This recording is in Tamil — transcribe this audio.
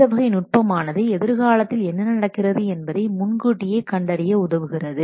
இந்த வகை நுட்பமானது எதிர்காலத்தில் என்ன நடக்கிறது என்பதை முன்கூட்டியே கண்டறிய உதவுகிறது